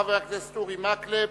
חבר הכנסת אורי מקלב,